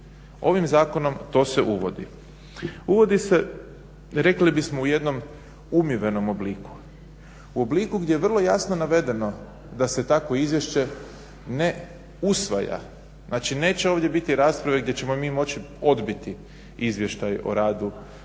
Ovim zakonom to se uvodi. Uvodi se, rekli bismo u jednom umivenom obliku, u obliku gdje je vrlo jasno navedeno da se takvo izvješće ne usvaja. Znači, neće ovdje biti rasprave gdje ćemo mi moći odbiti Izvještaj o radu